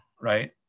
right